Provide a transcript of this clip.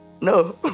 no